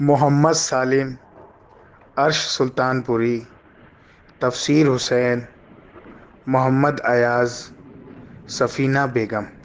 Muhammad Salim Arsh Sultanpuri Tafseer Hussain Mohammad Ayaz Safina Begum